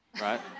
right